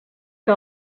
que